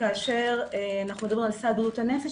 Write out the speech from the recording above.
וכאשר מדברים על סל בריאות הנפש,